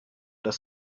das